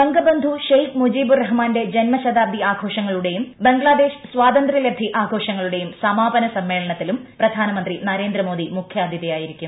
ബംഗബന്ധു ഷെയ്ഖ് മുജീബുർ റഹ്മാന്റെ ജന്മശതാബ്ദി ആഘോഷങ്ങളുടെയും ബംഗ്ലാദേശ് സ്വാതന്ത്ര്യലബ്ധി ആഘോഷങ്ങളുടെ സമ്ാപന സമ്മേളനത്തിലും പ്രധാനമന്ത്രി നരേന്ദ്രമോദി മുഖ്യാതിഥിയായിരിക്കും